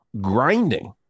grinding